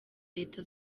leta